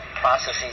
processes